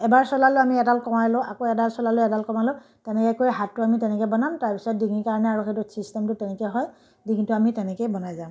এবাৰ চলালে আমি এডাল কমাই লওঁ আকৌ এডাল চলালে এডাল কমালোঁ তেনেকৈ কৰি হাতটো আমি তেনেকৈ বনাম তাৰ পিছত ডিঙি কাৰণে আৰু সেইটো চিষ্টেমটো তেনেকৈ হয় ডিঙিটো আমি তেনেকেই বনাই যাম